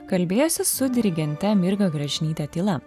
kalbėjosi su dirigente mirga gražinyte tyla